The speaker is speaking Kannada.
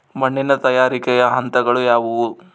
ಮಣ್ಣಿನ ತಯಾರಿಕೆಯ ಹಂತಗಳು ಯಾವುವು?